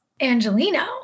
Angelino